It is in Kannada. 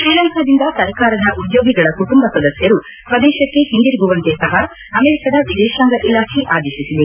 ಶ್ರೀಲಂಕಾದಿಂದ ಸರ್ಕಾರದ ಉದ್ಲೋಗಿಗಳ ಕುಟುಂಬ ಸದಸ್ನರು ಸ್ವದೇಶಕ್ಕೆ ಹಿಂದಿರುಗುವಂತೆ ಸಹ ಅಮೆರಿಕದ ವಿದೇಶಾಂಗ ಇಲಾಖೆ ಆದೇಶಿಸಿದೆ